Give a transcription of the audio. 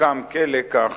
שהוקם כלקח,